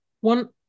one